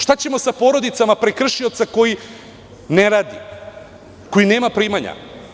Šta ćemo sa porodica prekršioca koji ne radi, koji nema primanja?